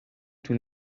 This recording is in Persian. طول